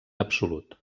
absolut